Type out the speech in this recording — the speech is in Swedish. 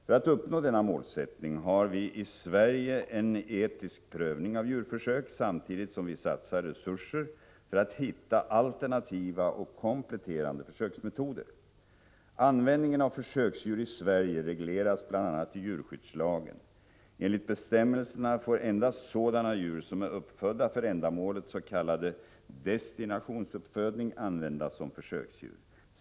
För att uppnå denna målsättning har vi i Sverige en etisk prövning av djurförsök, samtidigt som vi satsar resurser för att hitta alternativa och kompletterande försöksmetoder. Användningen av försöksdjur i Sverige regleras bl.a. i djurskyddslagen. Enligt bestämmelserna får endast sådana djur som är uppfödda för ändamålet, s.k. destinationsuppfödning, användas som försöksdjur.